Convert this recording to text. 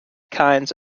kinds